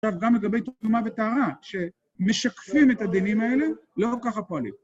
עכשיו, גם לגבי תרומה וטהרה, שמשקפים את הדינים האלה, לא ככה פועלים.